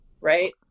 right